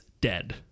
dead